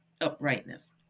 Uprightness